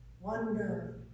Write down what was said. wonder